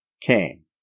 came